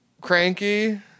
cranky